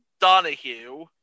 Donahue